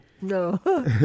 no